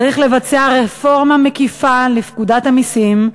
צריך לבצע רפורמה מקיפה לפקודת המסים,